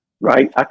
Right